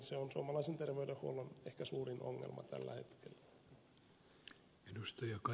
se on suomalaisen terveydenhuollon ehkä suurin ongelma tällä hetkellä